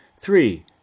Three